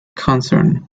concern